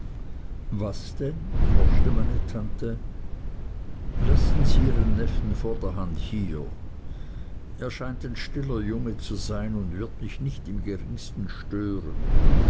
was denn forschte meine tante lassen sie ihren neffen vorderhand hier er scheint ein stiller junge zu sein und wird mich nicht im geringsten stören